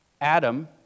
Adam